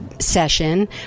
session